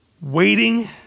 Waiting